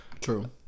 True